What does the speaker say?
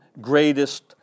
greatest